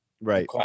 Right